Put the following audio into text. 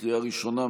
לקריאה ראשונה,